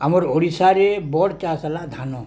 ଆମର୍ ଓଡ଼ିଶାରେ ବଡ଼ ଚାଷ ହେଲା ଧାନ